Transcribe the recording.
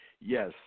Yes